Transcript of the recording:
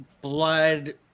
blood